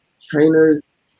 trainers